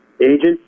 agent